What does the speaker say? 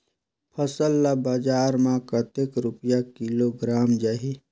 फसल ला बजार मां कतेक रुपिया किलोग्राम जाही?